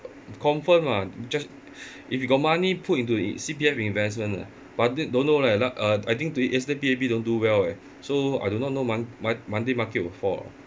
confirm ah just if you got money put into in C_P_F investment lah but then don't know leh uh I think yesterday P_A_P don't do well eh so I do not know mon~ mo~ monday market will fall